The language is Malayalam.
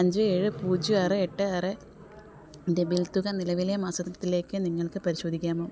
അഞ്ച് ഏഴ് പൂജ്യം ആറ് എട്ട് ആറിൻ്റെ ബിൽ തുക നിലവിലെ മാസത്തേക്ക് നിങ്ങൾക്ക് പരിശോധിക്കാമോ